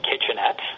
kitchenette